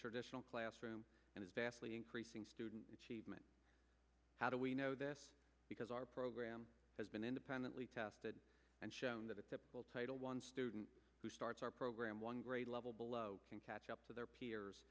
traditional classroom and is vastly increasing student achievement how do we know this because our program has been independently tested and shown that its title one student who starts our program one grade level below can catch up to their peers